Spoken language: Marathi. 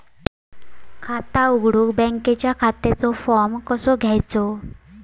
खाता उघडुक बँकेच्या खात्याचो फार्म कसो घ्यायचो?